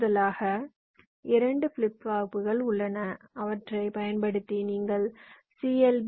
கூடுதலாக இரண்டு ஃபிளிப் ஃப்ளாப்புகள்உள்ளன அவற்றைப் பயன்படுத்தி நீங்கள் சி